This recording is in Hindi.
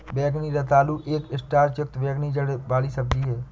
बैंगनी रतालू एक स्टार्च युक्त बैंगनी जड़ वाली सब्जी है